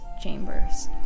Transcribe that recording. chambers